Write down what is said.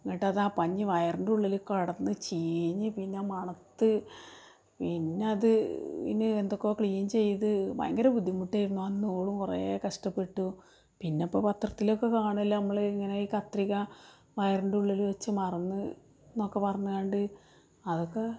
എന്നിട്ടാ പഞ്ഞി വയറിൻ്റെ ഉള്ളിൽ കിടന്ന് ചീഞ്ഞ് പിന്നെ മണത്ത് പിന്നെയത് എന്തൊക്കെയോ ക്ലീൻ ചെയ്ത് ഭയങ്കര ബുദ്ധിമുട്ടായിരുന്നു അന്ന് ഓളും കുറേ കഷ്ടപ്പെട്ടു പിന്നെ ഇപ്പോൾ പത്രത്തിലൊക്കെ കാണല്ലേ നമ്മളിങ്ങനെ കത്രിക വയറിൻ്റെ ഉള്ളിൽവെച്ച് മറന്നു എന്നൊക്കെ പറഞ്ഞുകൊണ്ട് അതൊക്കെ